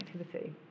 activity